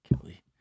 Kelly